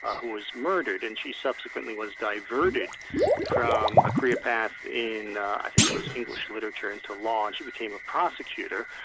who was murdered, and she subsequently was diverted from a career path in i think it was english literature, into law, and she became a prosecutor.